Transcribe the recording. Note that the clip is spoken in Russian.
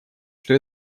что